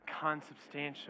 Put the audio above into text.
consubstantial